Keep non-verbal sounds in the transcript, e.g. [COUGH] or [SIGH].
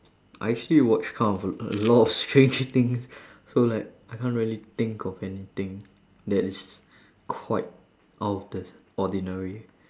I actually watched kind of a lot of stranger things [BREATH] so like I can't really think of anything that is quite out of the ordinary